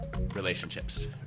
relationships